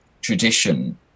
tradition